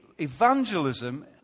Evangelism